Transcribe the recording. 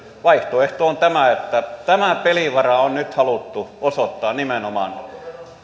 vaihtoehto on tämä että tämä pelivara on nyt haluttu osoittaa nimenomaan